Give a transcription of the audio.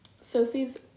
Sophie's